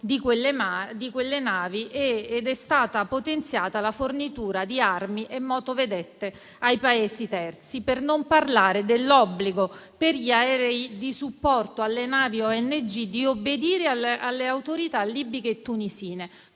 di quelle navi ed è stata potenziata la fornitura di armi e motovedette ai Paesi terzi. Per non parlare dell'obbligo per gli aerei di supporto alle navi ONG di obbedire alle autorità libiche e tunisine: